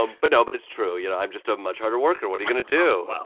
ah but, no. but it's true. you know, i'm just a much harder worker. what are you going to do? wow